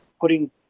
putting